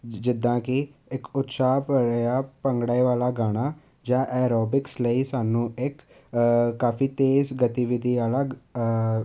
ਜਿੱਦਾਂ ਕਿ ਇੱਕ ਉਤਸ਼ਾਹ ਭਰਿਆ ਭੰਗੜੇ ਵਾਲਾ ਗਾਣਾ ਜਾਂ ਐਰੋਬਿਕਸ ਲਈ ਸਾਨੂੰ ਇੱਕ ਕਾਫੀ ਤੇਜ਼ ਗਤੀਵਿਧੀ ਅਲੱਗ